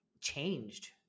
changed